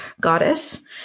goddess